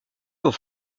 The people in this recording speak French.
aux